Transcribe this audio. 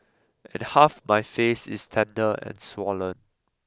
and half my face is tender and swollen